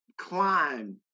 climb